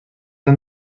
han